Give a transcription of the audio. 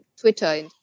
Twitter